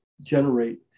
generate